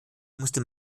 musste